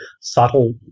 subtle